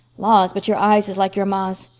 laws, but your eyes is like your ma's.